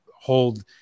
hold